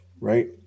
right